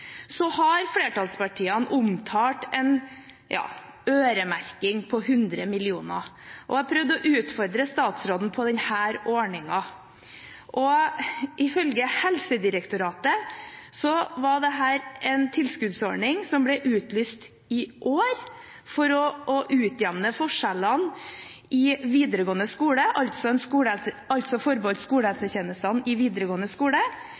Så har flertallspartiene omtalt en øremerking på 100 mill. kr. Jeg prøvde å utfordre statsråden på denne ordningen. Ifølge Helsedirektoratet var dette en tilskuddsordning som ble utlyst i år for å utjevne forskjellene i videregående skole, altså forbeholdt skolehelsetjenestene i videregående skole,